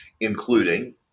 including